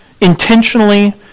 intentionally